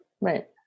Right